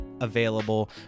available